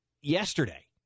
yesterday